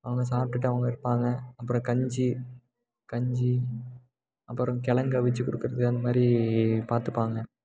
அவங்க சாப்பிட்டுட்டு அவங்க இருப்பாங்க அப்புறம் கஞ்சி கஞ்சி அப்புறம் கிழங்க அவித்து கொடுக்கறது அந்தமாதிரி பார்த்துப்பாங்க